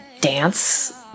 dance